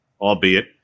albeit